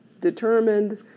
determined